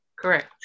Correct